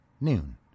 noon